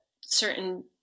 certain